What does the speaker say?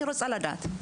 אני רוצה לדעת.